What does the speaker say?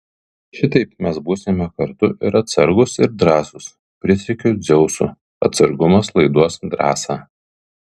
šitaip mes būsime kartu ir atsargūs ir drąsūs prisiekiu dzeusu atsargumas laiduos drąsą